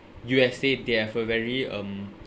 U_S_A they have a very um